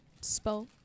Spell